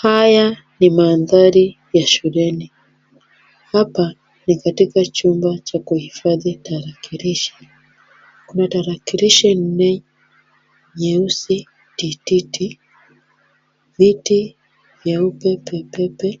Haya ni mandhari ya shuleni. Hapani katika chumba cha kuhifadhi tarakilishi. Kuna tarakilishi nne nyeusi tititi. Viti vyeupe pepepe